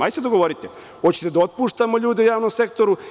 Hajde se dogovorite, hoćete li da otpuštamo ljude u javnom sektoru?